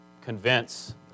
convince